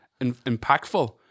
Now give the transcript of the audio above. impactful